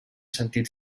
sentit